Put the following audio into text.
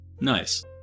Nice